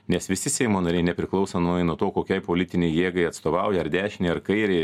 nes visi seimo nariai nepriklausomai nuo to kokiai politinei jėgai atstovauja ar dešinei ar kairei